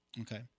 okay